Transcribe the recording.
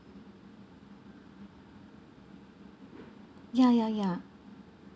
ya ya ya